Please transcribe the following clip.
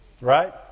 Right